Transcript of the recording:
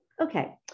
Okay